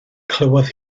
clywodd